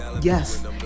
yes